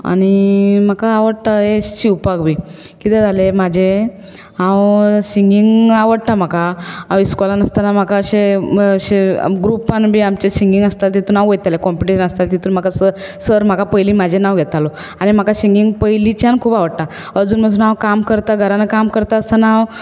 आनी म्हाका आवडटा हें शिंवपाक बी कितें जालें म्हजें हांव सिंगींग आवडटा म्हाका हांव इस्कॉलान आसताना म्हाका अशें अशें ग्रुपान बी आमच्या सिंगींग आसता तातूंत हांव वयतालें कॉम्टिटिशन आसतालें तातूंत म्हाका सर सर म्हाका पयली म्हाजें नांव घेतालो आनी म्हाका सिंगींग पयलींच्यान खूब आवडटा अजून मजून हांव काम करतां घरांत काम करता आसतना हांव